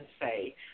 say